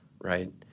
right